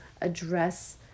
address